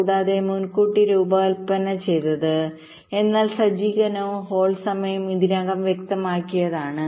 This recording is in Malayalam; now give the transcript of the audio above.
കൂടാതെ മുൻകൂട്ടി രൂപകൽപ്പന ചെയ്തത് എന്നാൽ സജ്ജീകരണവും ഹോൾഡ് സമയങ്ങളും ഇതിനകം വ്യക്തമാക്കിയതാണ്